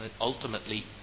ultimately